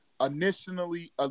Initially